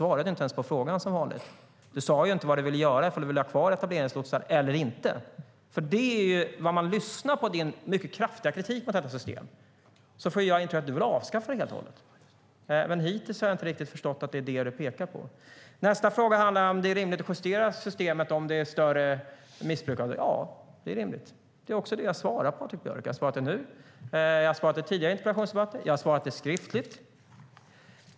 Du svarade inte ens på frågan, som vanligt. Du sade inte vad du ville göra, ifall du ville ha kvar etableringslotsar eller inte. När jag lyssnar på din mycket kraftiga kritik mot detta system får jag intrycket att du vill avskaffa det helt och hållet. Men hittills har jag inte riktigt förstått att det är det du pekar på. Nästa fråga handlar om ifall det är rimligt att justera systemet om det är ett större missbruk av det. Ja, det är rimligt. Det är också det jag svarar Patrik Björck. Jag har svarat det nu. Jag har svarat det i tidigare interpellationsdebatter. Jag har svarat det skriftligt.